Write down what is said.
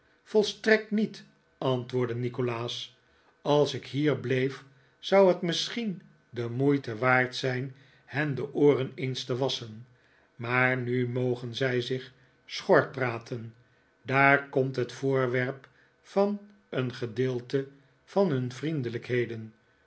volstrekt niet antwoordde nikolaas als ik hier bleef zou het misschien de moeite waard zijn hen de ooren eens te wasschen maar nu mogen zij zich schor praten daar komt het voorwerp van een gedeelte van nun vriendelijkheden